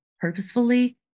purposefully